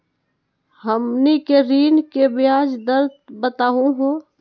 हमनी के ऋण के ब्याज दर बताहु हो?